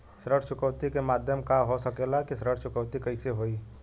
ऋण चुकौती के माध्यम का हो सकेला कि ऋण चुकौती कईसे होई?